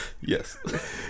Yes